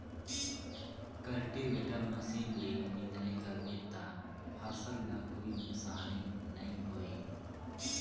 cultivator machine ले निंदई कर बे त फसल ल कोई नुकसानी नई होये